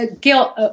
guilt